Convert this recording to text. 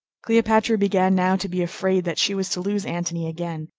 cleopatra began now to be afraid that she was to lose antony again,